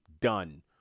done